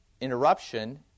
interruption